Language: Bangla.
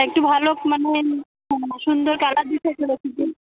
একটু ভালো মানে সুন্দর কালার দেখে একটু রেখে দিও